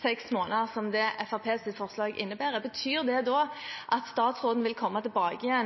seks måneder, som er det Fremskrittspartiets forslag innebærer, betyr det da at statsråden vil komme tilbake